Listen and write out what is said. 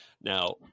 now